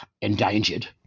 endangered